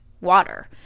water